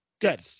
Good